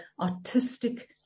artistic